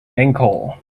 ankle